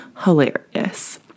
Hilarious